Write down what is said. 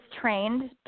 trained